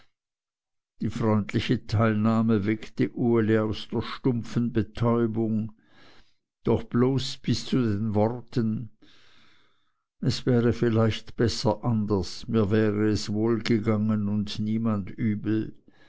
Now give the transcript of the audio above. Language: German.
die freundliche teilnahme weckte uli aus der stumpfen betäubung doch bloß bis zu den worten es wäre vielleicht besser anders mir wäre es wohl gegangen und niemand übel